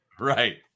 Right